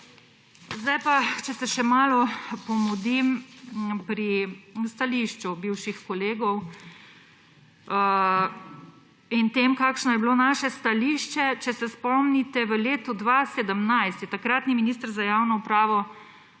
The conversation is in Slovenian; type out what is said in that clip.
Sedaj pa, če se še malo pomudim pri stališču bivših kolegov in pri tem, kakšno je bilo naše stališče. Če se spomnite, v letu 2017 je takratni minister za javno upravo